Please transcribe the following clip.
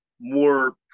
more